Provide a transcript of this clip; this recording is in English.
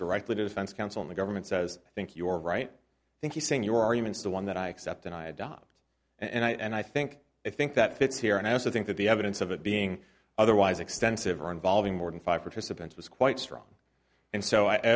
directly to defense counsel in the government says i think your right thank you saying your argument is the one that i accept and i adopt and i think i think that fits here and i also think that the evidence of it being otherwise extensive or involving more than five participants was quite strong and so i